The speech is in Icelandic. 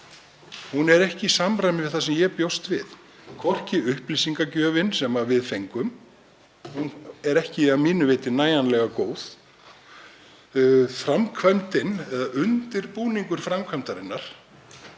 er ekki í samræmi við það sem ég bjóst við, hvorki upplýsingagjöfin sem við fengum, hún er ekki að mínu viti nægjanlega góð, né framkvæmdin, undirbúningur framkvæmdarinnar,